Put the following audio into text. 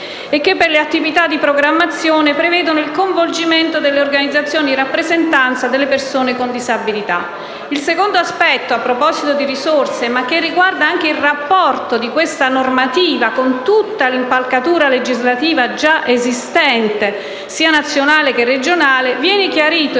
e che, per le attività di programmazione, prevede il coinvolgimento delle organizzazioni di rappresentanza delle persone con disabilità. Il secondo aspetto, a proposito di risorse, ma che riguarda anche il rapporto di questa normativa con tutta l'impalcatura legislativa già esistente, sia nazionale che regionale, viene chiarito e